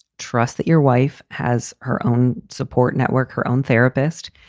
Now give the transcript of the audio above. trust that your wife has her own support network, her own therapist,